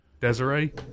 Desiree